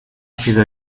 sido